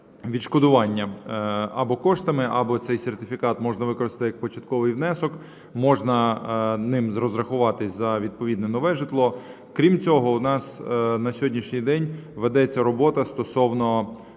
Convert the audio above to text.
відшкодування або коштами, або цей сертифікат можна використати як початковий внесок, можна ним розрахуватися за відповідно нове житло. Крім цього, у нас на сьогоднішній день ведеться робота стосовно